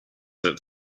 that